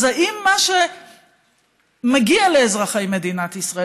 אז האם מה שמגיע לאזרחי מדינת ישראל